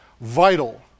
vital